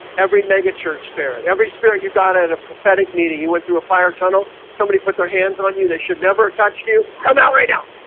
every mega church spirit every spirit you got in a prophetic meeting. you went through a fire tunnel somebody put their hands on you. they should never touch you come out right now.